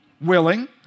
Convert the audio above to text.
willing